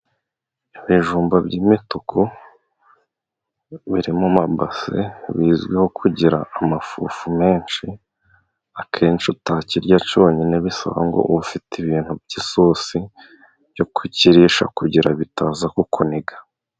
Ibijumba by'imituku biri mu mabase, bizwiho kugira amafufu menshi, akenshi utakirya cyonyine, bisaba ngo ube ufite ibintu by'isosi yo kukirisha kugira bitaza ku kuniga.